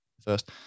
first